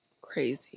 Crazy